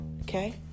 okay